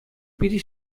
питӗ